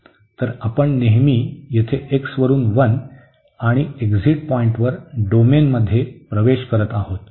तर आपण नेहमी येथे x वरुन 1 आणि एक्झिट पॉईंटवर डोमेनमध्ये प्रवेश करत आहोत